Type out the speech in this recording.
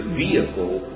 vehicle